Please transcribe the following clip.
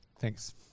Thanks